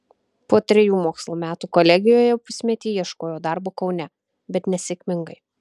po trejų mokslo metų kolegijoje pusmetį ieškojo darbo kaune bet nesėkmingai